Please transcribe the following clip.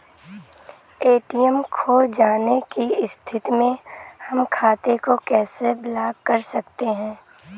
ATM खो जाने की स्थिति में हम खाते को कैसे ब्लॉक कर सकते हैं?